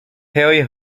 harry